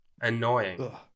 annoying